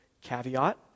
caveat